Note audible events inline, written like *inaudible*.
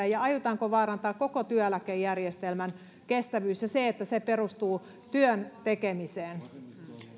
*unintelligible* ja aiotaanko vaarantaa koko työeläkejärjestelmän kestävyys ja se että se perustuu työn tekemiseen